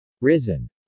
risen